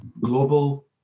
global